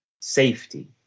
safety